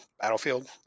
Battlefield